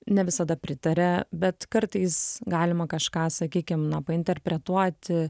ne visada pritaria bet kartais galima kažką sakykim na painterpretuoti